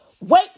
Wait